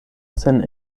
sen